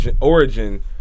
origin